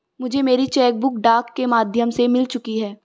मुझे मेरी cheque book डाक के माध्यम से मिल चुकी है